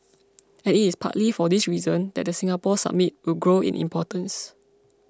and it is partly for this reason that the Singapore Summit will grow in importance